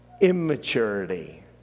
immaturity